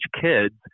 kids